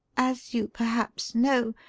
as you perhaps know,